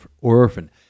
orphan